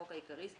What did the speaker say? החוק העיקרי),